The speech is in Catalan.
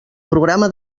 programa